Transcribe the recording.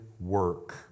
work